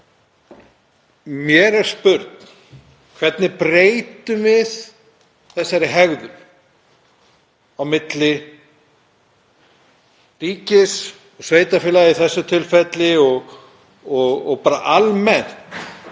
mér er spurn: Hvernig breytum við þessari hegðun á milli ríkis og sveitarfélaga í þessu tilfelli og bara almennt?